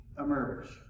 emerge